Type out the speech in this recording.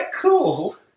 cool